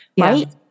right